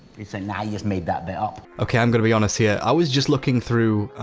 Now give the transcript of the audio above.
they'd say, nah, you've made that bit up okay, i'm gonna be honest here. i was just looking through,